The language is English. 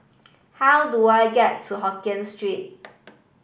how do I get to Hokkien Street